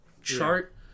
chart